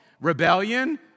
rebellion